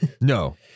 No